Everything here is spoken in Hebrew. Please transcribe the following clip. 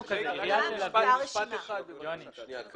זה יעזור ליזמים בכך שזה יביא ליותר